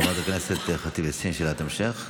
חברת הכנסת ח'טיב יאסין, שאלת המשך.